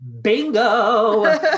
Bingo